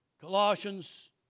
Colossians